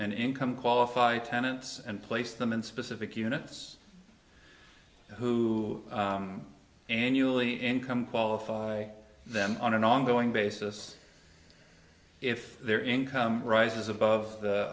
and income qualified tenants and place them in specific units who annually income qualify them on an ongoing basis if their income rises above the